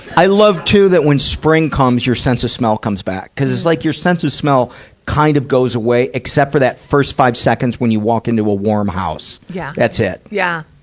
i love, too, that when spring comes, your sense of smell comes back. cuz it's like, your sense of smell kind of goes away, except for that first five seconds when you walk into a warm house. yeah that's it. yeah.